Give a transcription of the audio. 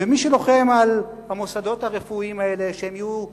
ומי שלוחם על המוסדות הרפואיים האלה שהם יהיו מכובדים,